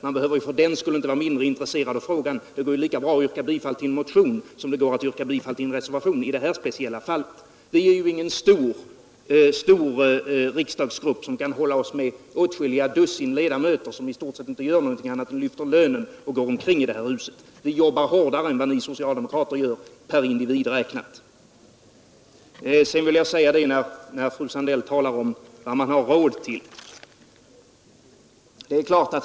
Man behöver fördenskull inte vara mindre intresserad av frågan — i det här speciella fallet går det ju lika bra att yrka bifall till motionen som till en reservation. Vi är ingen stor riksdagsgrupp som kan hålla oss med åtskilliga dussin ledamöter, som i stort sett inte gör något annat än lyfter lönen och går omkring i det här huset. Vi jobbar hårdare än vad ni socialdemokrater gör per individ räknat. Fröken Sandell talar om vad man har råd till.